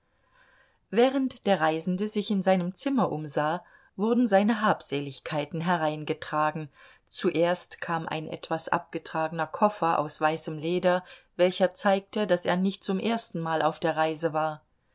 während der reisende sich in seinem zimmer umsah wurden seine habseligkeiten hereingetragen zuerst kam ein etwas abgetragener koffer aus weißem leder welcher zeigte daß er nicht zum erstenmal auf der reise war